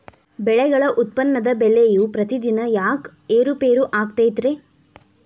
ಬೆಳೆಗಳ ಉತ್ಪನ್ನದ ಬೆಲೆಯು ಪ್ರತಿದಿನ ಯಾಕ ಏರು ಪೇರು ಆಗುತ್ತೈತರೇ?